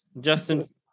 Justin –